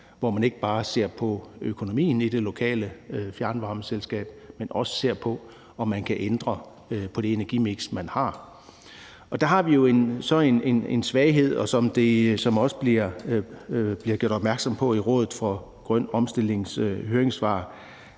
hvor man ikke bare ser på økonomien i det lokale fjernvarmeselskab, men også ser på, om man kan ændre på det energimiks, man har. Der har vi jo så en svaghed, som der også bliver gjort opmærksom på i Rådet for Grøn Omstillings høringssvar,